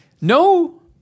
No